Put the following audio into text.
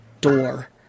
door